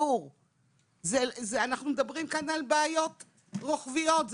אנחנו מדברים על בעיות רוחביות,